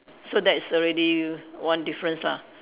so that is already one difference lah